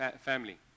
family